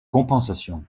compensation